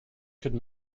could